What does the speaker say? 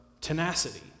tenacity